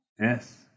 Yes